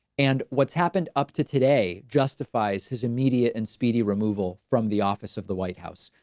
and what's happened up to today justifies his immediate and speedy removal from the office of the white house.